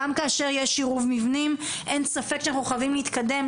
גם כאשר יש עירוב מבנים אין ספק שאנחנו חייבים להתקדם,